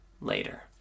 later